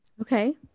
Okay